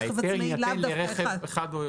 רכב עצמאי, לאו דווקא אחד.